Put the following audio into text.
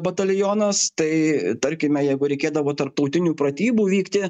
batalionas tai tarkime jeigu reikėdavo tarptautinių pratybų vykti